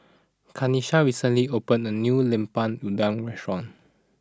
Kanisha recently opened a new Lemper Udang restaurant